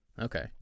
Okay